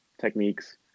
techniques